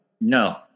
no